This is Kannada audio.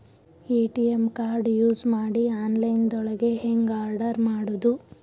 ಎ.ಟಿ.ಎಂ ಕಾರ್ಡ್ ಯೂಸ್ ಮಾಡಿ ಆನ್ಲೈನ್ ದೊಳಗೆ ಹೆಂಗ್ ಆರ್ಡರ್ ಮಾಡುದು?